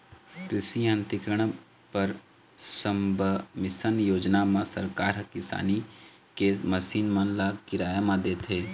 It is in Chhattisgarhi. कृषि यांत्रिकीकरन पर सबमिसन योजना म सरकार ह किसानी के मसीन मन ल किराया म देथे